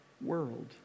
world